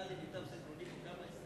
אתה, למיטב זיכרוני, פה, כמה?